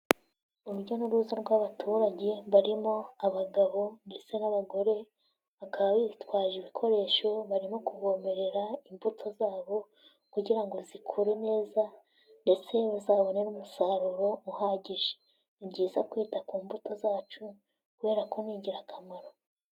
Urujya n'uruza rw'abaturage barimo abagabo ndetse n'abagore, bakaba bitwaje ibikoresho, barimo kuvomerera imbuto zabo kugira ngo zikure neza ndetse bazabone n'umusaruro uhagije, ni byiza kwita ku mbuto zacu kubera ko ni ingirakamaro.